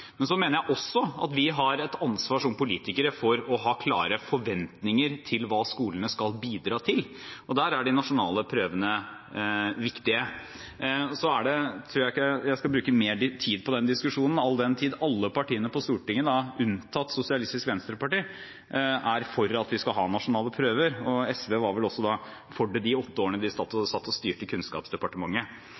Men så mener jeg også at vi har et ansvar som politikere for å ha klare forventninger til hva skolene skal bidra til, og der er de nasjonale prøvene viktige. Så tror jeg ikke jeg skal bruke mer tid på den diskusjonen, all den tid alle partiene på Stortinget, unntatt SV, er for at vi skal ha nasjonale prøver, og SV var vel også for det de åtte årene de satt og styrte Kunnskapsdepartementet.